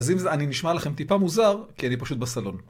אז אם אני נשמע לכם טיפה מוזר, כי אני פשוט בסלון.